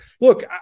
look